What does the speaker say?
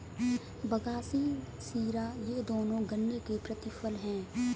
बगासी शीरा ये दोनों गन्ने के प्रतिफल हैं